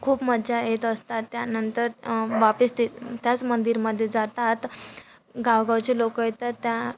खूप मज्जा येत असतात त्यानंतर वापिस ते त्याच मंदिरामध्ये जातात गावगावचे लोकं येतात त्या